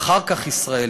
אחר כך ישראלי